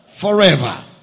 Forever